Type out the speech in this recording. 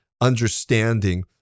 understanding